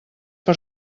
per